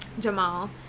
Jamal